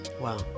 Wow